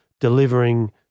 delivering